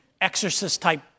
exorcist-type